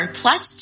plus